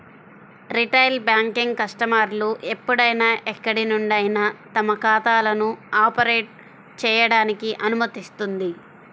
retail banking కస్టమర్లు ఎప్పుడైనా ఎక్కడి నుండైనా తమ ఖాతాలను ఆపరేట్ చేయడానికి అనుమతిస్తుంది